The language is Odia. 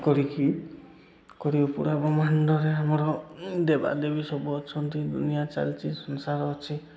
କରିକି କରି ପୁରା ବ୍ରହ୍ମାଣ୍ଡରେ ଆମର ଦେବାଦେବୀ ସବୁ ଅଛନ୍ତି ଦୁନିଆଁ ଚାଲିଛି ସଂସାର ଅଛି